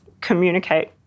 communicate